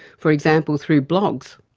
for example through blogs,